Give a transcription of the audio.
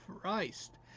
Christ